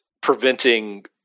preventing